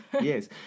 Yes